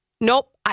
nope